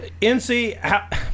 NC